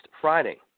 Friday